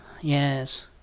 yes